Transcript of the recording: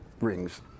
rings